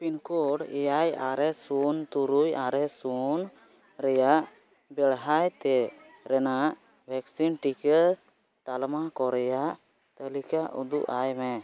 pin code ᱮᱭᱟᱭ ᱟᱨᱮ ᱥᱩᱱ ᱛᱩᱨᱩᱭ ᱟᱨᱮ ᱥᱩᱱ ᱨᱮᱱᱟᱜ ᱵᱮᱲᱦᱟᱭᱛᱮ ᱨᱮᱱᱟᱜ ᱵᱷᱮᱠᱥᱤᱱ ᱴᱤᱠᱟᱹ ᱛᱟᱞᱢᱟᱠᱚ ᱨᱮᱱᱟᱜ ᱛᱟᱞᱤᱠᱟ ᱩᱫᱩᱜ ᱟᱹᱧᱢᱮ